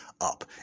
up